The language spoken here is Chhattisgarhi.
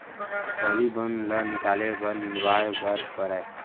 पहिली बन ल निकाले बर निंदवाए बर परय